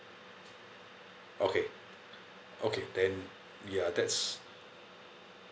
okay okay then ya that's